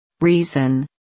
Reason